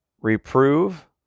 reprove